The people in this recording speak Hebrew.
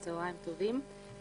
צוהריים טובים.